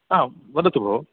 आम् वदतु भो